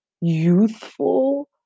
youthful